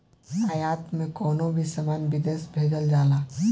आयात में कवनो भी सामान विदेश भेजल जाला